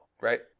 right